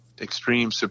extreme